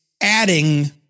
adding